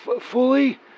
fully